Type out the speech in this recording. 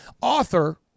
author